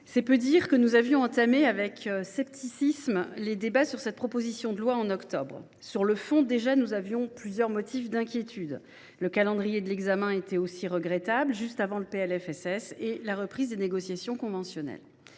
en octobre, nous avions entamé avec scepticisme – c’est peu dire – les débats sur cette proposition de loi. Sur le fond, nous avions plusieurs motifs d’inquiétude. Le calendrier d’examen était aussi regrettable, juste avant le PLFSS et la reprise des négociations conventionnelles.